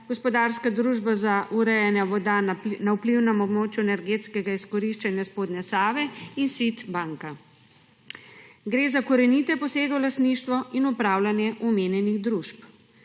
Gospodarska družba za urejanje voda na vplivnem območju energetskega izkoriščanja spodnje Save in SID banka. Gre za korenite posege v lastništvo in upravljanje omenjenih družb.